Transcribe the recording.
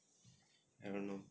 I don't know